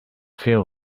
feel